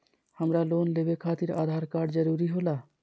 हमरा लोन लेवे खातिर आधार कार्ड जरूरी होला?